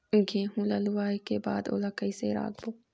गेहूं ला लुवाऐ के बाद ओला कइसे राखबो?